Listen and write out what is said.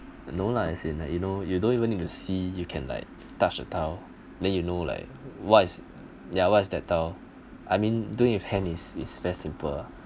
no lah as in like you know you don't even need to see you can like touch the tile then you know like what's ya what's that tile I mean doing with hand is is very simple ah